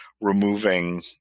removing